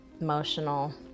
emotional